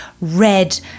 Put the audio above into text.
red